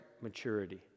maturity